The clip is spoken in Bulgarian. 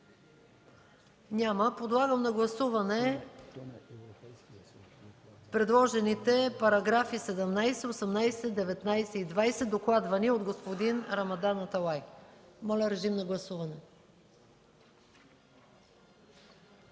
Няма. Подлагам на гласуване предложените параграфи 17, 18, 19 и 20, докладвани от господин Рамадан Аталай. Гласували